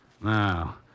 Now